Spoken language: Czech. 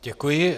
Děkuji.